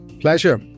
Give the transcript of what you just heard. Pleasure